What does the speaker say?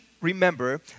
remember